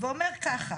והוא אומר ככה: